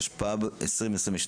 התשפ"ב-2022.